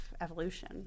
evolution